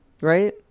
Right